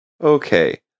Okay